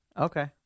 Okay